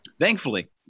Thankfully